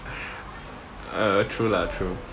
err true lah true